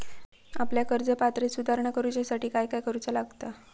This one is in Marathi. आपल्या कर्ज पात्रतेत सुधारणा करुच्यासाठी काय काय करूचा लागता?